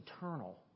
eternal